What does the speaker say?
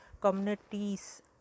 communities